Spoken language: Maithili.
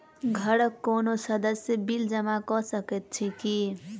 घरक कोनो सदस्यक बिल जमा कऽ सकैत छी की?